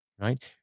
right